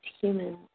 humans